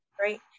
right